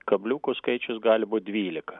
kabliukų skaičius gali būt dvylika